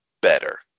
better